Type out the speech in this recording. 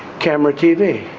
camera, tv.